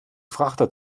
frachter